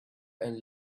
and